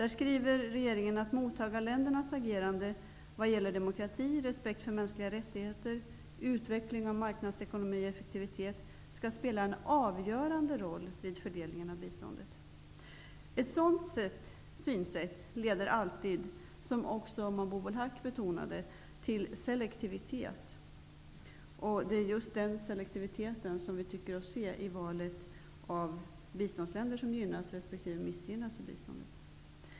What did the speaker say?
Regeringen säger där: ''Mottagarländernas agerande vad gäller demokrati, respekt för mänskliga rättigheter, utveckling av marknadsekonomi och effektivitet skall spela en avgörande roll vid fördelningen av biståndet.'' Ett sådant synsätt leder alltid, som också Mabubul Haq betonade, till selektivitet. Det är just en sådan selektivitet som vi tycker oss se i valet av länder som gynnas resp. missgynnas i biståndet.